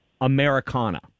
americana